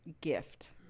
gift